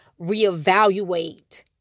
reevaluate